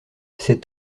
cet